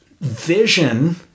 vision